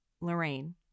Lorraine